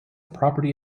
property